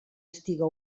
estiga